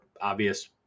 obvious